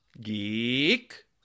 Geek